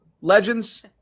legends